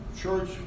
church